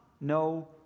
No